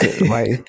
right